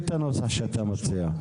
אני אחזור על זה.